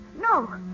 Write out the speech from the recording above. No